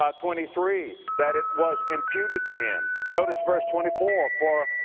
um twenty three, that it was imputed to him. notice verse twenty four, for ah,